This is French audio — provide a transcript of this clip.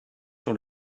sur